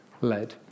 led